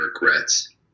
regrets